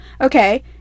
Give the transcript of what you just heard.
okay